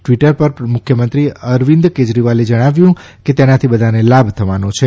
Twitter પર મુખ્યમંત્રી અરવિંદ કેજરીવાલે જણાવ્યુ કે તેનાથી બધાને લાભ થવાનો છે